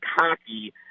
cocky